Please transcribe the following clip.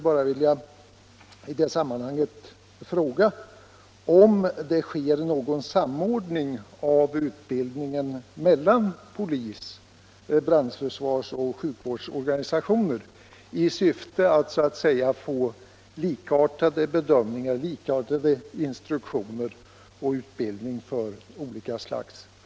Jag skulle i det sammanhanget vilja fråga om det sker någon samordning av utbildningen mellan polis-, brandförsvarsoch sjukvårdsorganisationerna i syfte att åstadkomma likartade bedömningar, instruktioner och